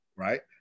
Right